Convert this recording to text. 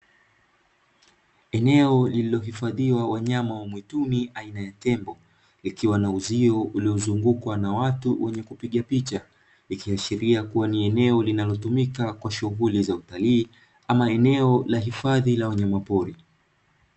Eneo lililohifadhiwa wanyama wa mwituni aina ya tembo, likiwa na uzio uliozungukwa na watu wenye kupiga picha. Ikiashiria kuwa ni eneo linalotumika kwa shughuli za utalii ama eneo la hifadhi ya wanyamapori.